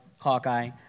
Hawkeye